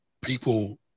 people